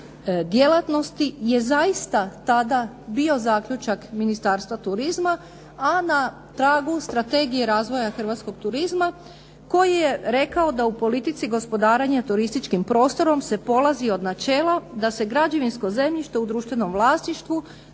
djelatnosti je zaista tada bio zaključak Ministarstva turizma a na tragu strategije razvoja hrvatskog turizma koji je rekao da u politici gospodarenja turističkim prostorom se polazi od načela da se građevinsko zemljište u društvenom vlasništvu